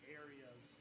areas